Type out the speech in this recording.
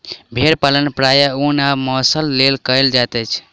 भेड़ पालन प्रायः ऊन आ मौंसक लेल कयल जाइत अछि